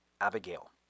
Abigail